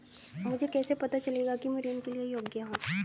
मुझे कैसे पता चलेगा कि मैं ऋण के लिए योग्य हूँ?